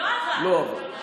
לא עבד.